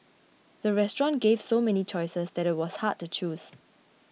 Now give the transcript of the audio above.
the restaurant gave so many choices that it was hard to choose